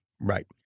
Right